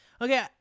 Okay